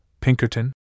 Pinkerton